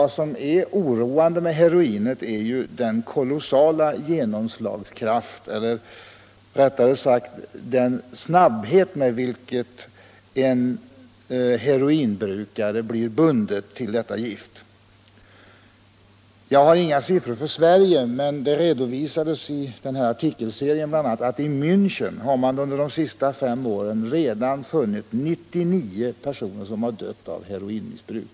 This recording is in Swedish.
Det oroande med heroinet är ju den kolossala snabbhet med vilken en heroinmissbrukare blir bunden till detta gift. Jag har inga siffror för Sverige, men det redovisades i den här artikelserien bl.a. att man i Mänchen under de sista fem åren redan har funnit att 99 personer har dött av heroinmissbruk.